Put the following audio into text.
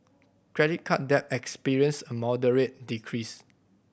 credit card debt experienced a moderate decrease